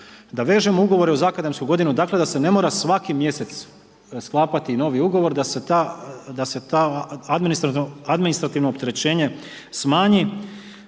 Da vežemo ugovore uz akademsku godinu dakle, da se ne mora svaki mjesec sklapati novi ugovor, da se to administrativno opterećenje smanji.